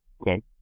Okay